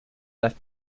left